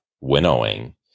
winnowing